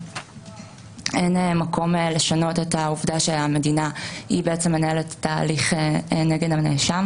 אין מקום לשנות את העובדה שהמדינה היא בעצם מנהלת את ההליך נגד הנאשם,